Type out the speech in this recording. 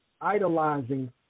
idolizing